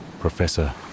Professor